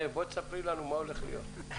תספרי לנו מה הולך להיות.